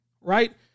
right